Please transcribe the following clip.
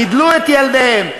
גידלו את ילדיהם,